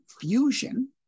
fusion